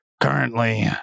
currently